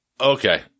Okay